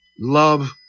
Love